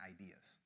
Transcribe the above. ideas